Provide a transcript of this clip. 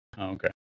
Okay